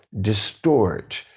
distort